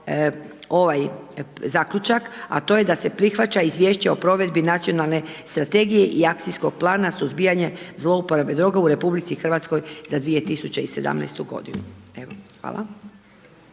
zaključak, a to je da se prihvaća izvješće o provedbi Nacionalne strategije i akcijskog plana suzbijanje zlouporabe droga u RH za 2017. godinu. Evo, hvala.